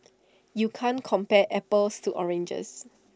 you can't compare apples to oranges